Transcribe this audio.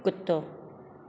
कुतो